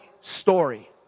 story